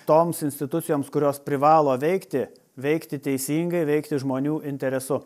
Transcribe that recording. toms institucijoms kurios privalo veikti veikti teisingai veikti žmonių interesu